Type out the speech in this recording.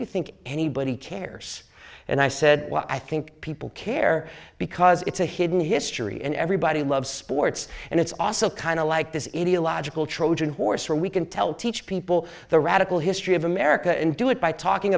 you think anybody cares and i said well i think people care because it's a hidden history and everybody loves sports and it's also kind of like this etiological trojan horse or we can tell teach people the radical history of america and do it by talking